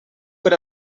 per